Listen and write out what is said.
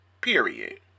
Period